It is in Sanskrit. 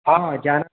हा जान